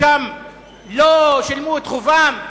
שם לא שילמו את חובם?